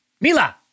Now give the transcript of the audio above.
Mila